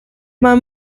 man